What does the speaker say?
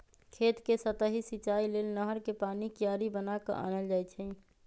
खेत कें सतहि सिचाइ लेल नहर कें पानी क्यारि बना क आनल जाइ छइ